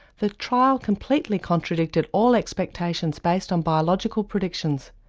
the trial completely contradicted all expectations based on biological predictions.